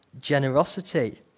generosity